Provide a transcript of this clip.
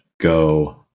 go